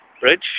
Bridge